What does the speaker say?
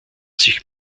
sich